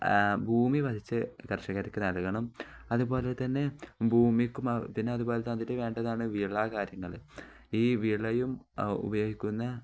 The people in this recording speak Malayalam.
ഭൂമി പതിച്ചു കർഷകർക്കു നൽകണം അതുപോലെ തന്നെ ഭൂമിക്കും പിന്നെ അതുപോലെ തന്നിട്ട് വേണ്ടതാണ് വിള കാര്യങ്ങള് ഈ വിളയും ഉപയോഗിക്കുന്ന